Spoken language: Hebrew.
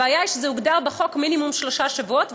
הבעיה היא שזה הוגדר בחוק כמינימום של שלושה שבועות,